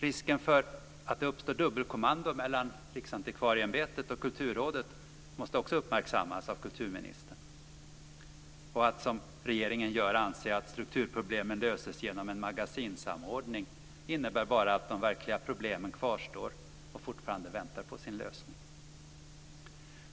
Risken för att det uppstår dubbelkommando mellan Riksantikvarieämbetet och Kulturrådet måste också uppmärksammas av kulturministern. Att som regeringen anse att strukturproblemen löses genom magasinssamordning innebär bara att de verkliga problemen kvarstår och fortfarande väntar på sin lösning.